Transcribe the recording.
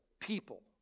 people